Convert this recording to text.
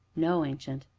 no, ancient.